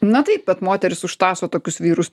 na taip bet moterys užtąso tokius vyrus